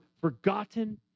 forgotten